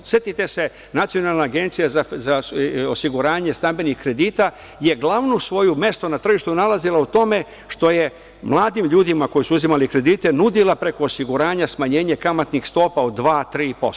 Setite se Nacionalna agencija za osiguranje stambenih kredita je glavno svoje mesto na tržištu nalazila u tome što je mladim ljudima koji su uzimali kredite nudila preko osiguranja smanjenje kamatnih stopa od dva, 3%